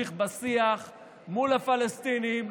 להמשיך בשיח מול הפלסטינים,